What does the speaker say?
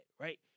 right